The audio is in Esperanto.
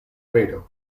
vero